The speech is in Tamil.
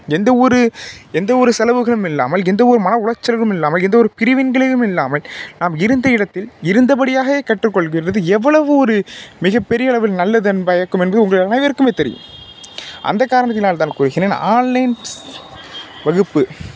எந்த ஒரு எந்த ஒரு செலவுகளும் இல்லாமல் எந்த ஒரு மன உளைச்சல்களும் இல்லாமல் எந்த ஒரு பிரிவின்களும் இல்லாமல் நாம் இருந்த இடத்தில் இருந்தபடியாகக் கற்றுக்கொள்கிறது எவ்வளவு ஒரு மிக பெரிய அளவில் நல்லது பயக்கும் என்பது உங்கள் அனைவருக்குமே தெரியும் அந்தக் காரணத்தினால் தான் கூறுகிறேன் ஆன்லைன் வகுப்பு